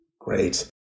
Great